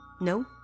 No